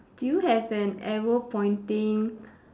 do you have an arrow pointing